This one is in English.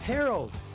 Harold